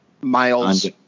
miles